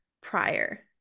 prior